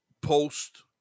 post